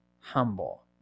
humble